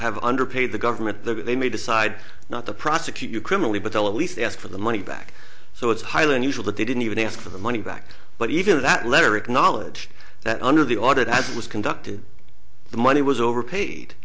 have underpaid the government though they may decide not to prosecute you criminally but they'll at least ask for the money back so it's highly unusual that they didn't even ask for the money back but even that letter acknowledged that under the audit as it was conducted the money was overpaid